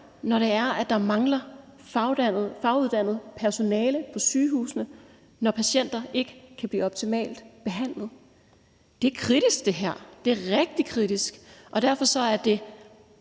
når der mangler faguddannet personale på sygehusene, og når patienterne ikke kan blive behandlet optimalt. Så det her er kritisk. Det er rigtig kritisk, og derfor er det